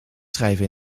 schrijven